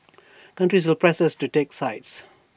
countries will press us to take sides